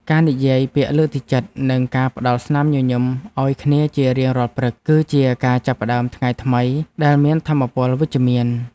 ការនិយាយពាក្យលើកទឹកចិត្តនិងការផ្ដល់ស្នាមញញឹមឱ្យគ្នាជារៀងរាល់ព្រឹក គឺជាការចាប់ផ្ដើមថ្ងៃថ្មីដែលមានថាមពលវិជ្ជមាន។